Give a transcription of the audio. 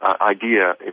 idea